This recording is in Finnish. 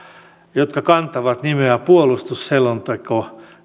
jotka kantavat nimeä puolustusselonteko